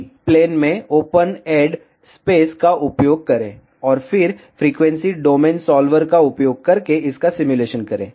सभी प्लेन में open add space का उपयोग करें और फिर फ्रीक्वेंसी डोमेन सॉल्वर का उपयोग करके इसका सिमुलेशन करें